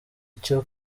cyo